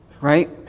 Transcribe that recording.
right